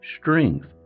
strength